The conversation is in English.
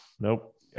Nope